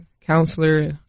counselor